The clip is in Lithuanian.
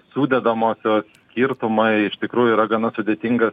sudedamosios skirtumai iš tikrųjų yra gana sudėtingas